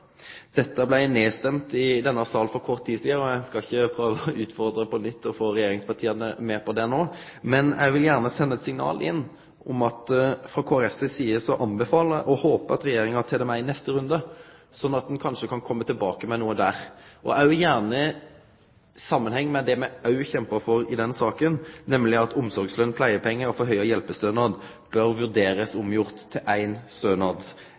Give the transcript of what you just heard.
Dette blei nedstemt i denne salen for kort tid sidan, og eg skal ikkje prøve å utfordre regjeringspartia på nytt for å prøve å få dei med på det no. Men eg vil gjerne sende eit signal inn om at frå Kristeleg Folkeparti si side anbefaler eg og håper eg at Regjeringa tek det med i neste runde, sånn at ein kanskje kan komme tilbake med noko der. Eg vil gjerne nemne det me òg kjempa for i den saka, nemleg at